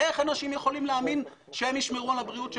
איך אנשים יכולים להאמין שהם ישמרו על הבריאות שלנו?